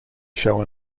show